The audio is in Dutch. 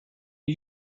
een